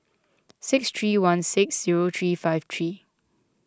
six three one six zero three five three